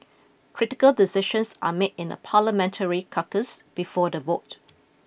critical decisions are made in a Parliamentary caucus before the vote